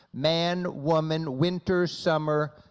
man, woman, winter, summer,